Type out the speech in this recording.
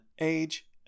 age